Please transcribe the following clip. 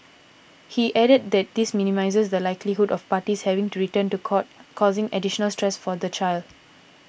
he added that this minimises the likelihood of parties having to return to court causing additional stress for the child